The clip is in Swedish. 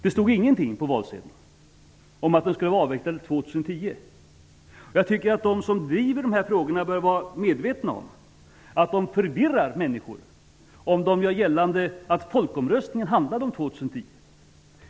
Det stod ingenting på valsedeln om att kärnkraften skulle vara avvecklad till 2010. Jag tycker att de som driver de här frågorna bör vara medvetna om att de förvirrar människor, om de gör gällande att folkomröstningen handlade om 2010.